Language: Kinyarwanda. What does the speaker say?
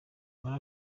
muri